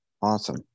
Awesome